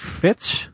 fits